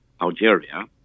Algeria